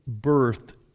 birthed